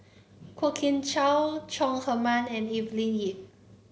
Kwok Kian Chow Chong Heman and Evelyn Lip